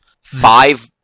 five